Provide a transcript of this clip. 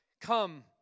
Come